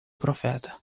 profeta